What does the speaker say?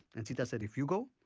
and sita said, if you go,